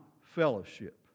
fellowship